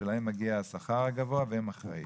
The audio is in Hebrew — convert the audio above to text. ולהם מגיע השכר הגבוה כי הם האחראיים?